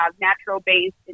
natural-based